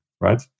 right